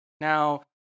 Now